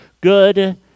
good